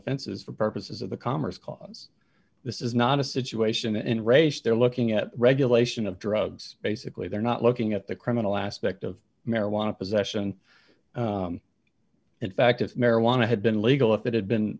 offenses for purposes of the commerce clause this is not a situation in race they're looking at regulation of drugs basically they're not looking at the criminal aspect of marijuana possession in fact if marijuana had been legal if it had been